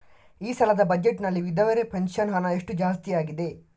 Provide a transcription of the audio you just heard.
ಈ ಸಲದ ಬಜೆಟ್ ನಲ್ಲಿ ವಿಧವೆರ ಪೆನ್ಷನ್ ಹಣ ಎಷ್ಟು ಜಾಸ್ತಿ ಆಗಿದೆ?